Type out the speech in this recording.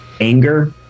anger